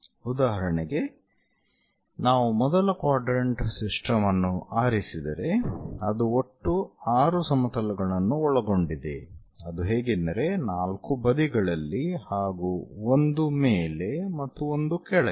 ಉದಾಹರಣೆಗೆ ನಾವು ಮೊದಲ ಕ್ವಾಡ್ರೆಂಟ್ ಸಿಸ್ಟಮ್ ಅನ್ನು ಆರಿಸಿದರೆ ಅದು ಒಟ್ಟು 6 ಸಮತಲಗಳನ್ನು ಒಳಗೊಂಡಿದೆ ಅದು ಹೇಗೆಂದರೆ 4 ಬದಿಗಳಲ್ಲಿ ಹಾಗೂ 1 ಮೇಲೆ ಮತ್ತು 1 ಕೆಳಗೆ